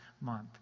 month